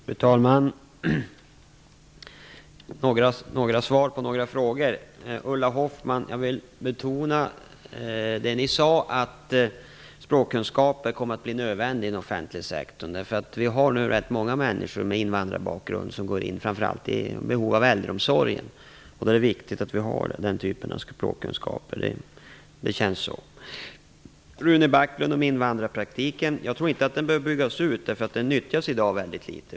Fru talman! Jag vill börja med att ge svar på några frågor. Jag vill betona det Ulla Hoffmann sade om att språkkunskaper kommer att bli nödvändiga inom den offentliga sektorn. Vi har nu rätt många människor med invandrarbakgrund som får behov av framför allt äldreomsorgen. Då är det viktigt att den typen av språkkunskap finns. Till Rune Backlund vill jag säga om invandrarpraktiken att jag inte tror att den behöver byggas ut. Den nyttjas i dag väldigt litet.